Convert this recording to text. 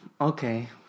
Okay